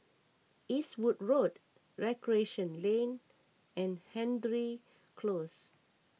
Eastwood Road Recreation Lane and Hendry Close